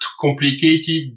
complicated